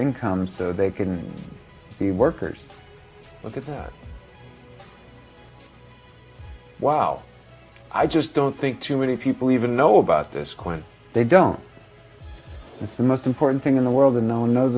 income so they can be workers look at that wow i just don't think too many people even know about this question they don't know the most important thing in the world and no one knows